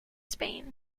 spain